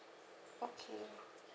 okay